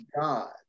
god